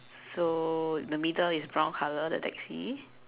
so the middle is brown colour the taxi